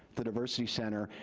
the diversity center,